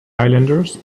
islanders